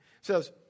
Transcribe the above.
says